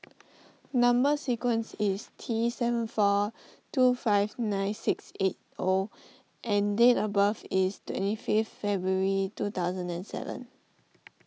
Number Sequence is T seven four two five nine six eight O and date of birth is twenty fifth February two thousand and seven